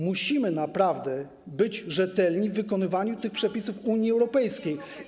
Musimy być rzetelni w wykonywaniu tych przepisów Unii Europejskiej.